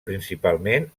principalment